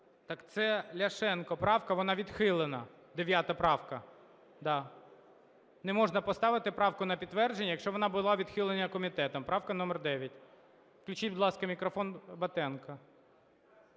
Так це Ляшенко правка, вона відхилена, 9 правка. Не можна поставити правку на підтвердження, якщо вона була відхилена комітетом, правка номер 9. Включіть, будь ласка, мікрофон Батенка